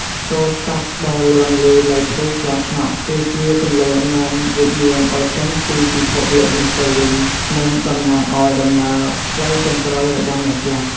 សូរសព្ទដ៏លាន់ឮនៃភ្លេងខ្លងឆ្នក់ គឺជាគន្លងនាំវិញ្ញាណឲ្យចេញពីពិភពលោកនេះទៅវិញ និងតំណាងឲ្យដំណើរផ្លូវចុងក្រោយរបស់អ្នកស្លាប់។